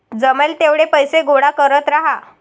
जमेल तेवढे पैसे गोळा करत राहा